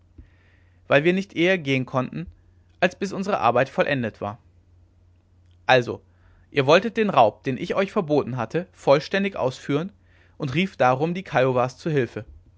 weil wir nicht eher gehen konnten als bis unsere arbeit vollendet war also ihr wolltet den raub den ich euch verboten hatte vollständig ausführen und rieft darum die kiowas zu hilfe